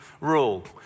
rule